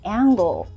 angle